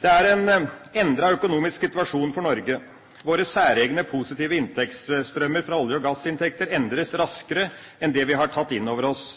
Det er en endret økonomisk situasjon for Norge. Våre særegne positive inntektsstrømmer fra olje- og gassinntekter endres raskere enn det vi har tatt inn over oss.